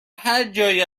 هرجایی